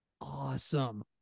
awesome